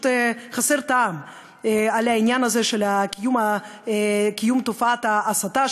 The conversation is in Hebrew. חסר טעם על העניין הזה של קיום תופעת ההסתה,